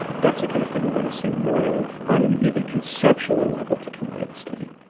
that's the kind of thing we want to see more of, on an even conceptual level, to come out of this study.